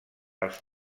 els